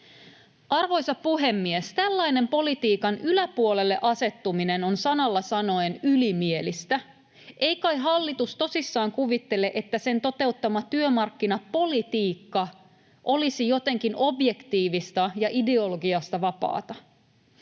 Arvoisa puhemies, tällainen politiikan yläpuolelle asettuminen on sanalla sanoen ylimielistä. Ei kai hallitus tosissaan kuvittele, että sen toteuttama työmarkkinapolitiikka olisi jotenkin objektiivista ja ideologiasta vapaata?